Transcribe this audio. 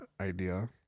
idea